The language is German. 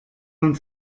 man